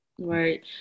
Right